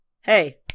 Hey